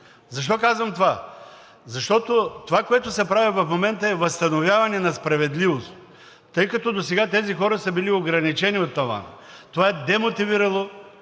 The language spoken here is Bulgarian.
Защо казвам това? Защото това, което се прави в момента, е възстановяване на справедливост, тъй като досега тези хора са били ограничени от тавана. Това е демотивирало